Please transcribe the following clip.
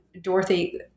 Dorothy